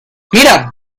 mira